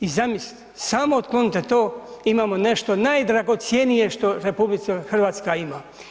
I zamislite, samo otklonite to, imamo nešto najdragocjenije što RH ima.